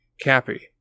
cappy